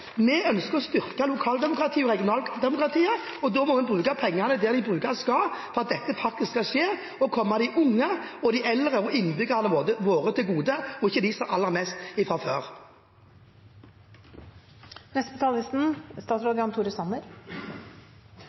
Vi ønsker å styrke lokaldemokratiet og regionaldemokratiet. Da må vi bruke pengene der de brukes skal, for at dette faktisk skal skje, og for at de skal komme de unge og de eldre innbyggerne våre til gode, og ikke dem som har aller mest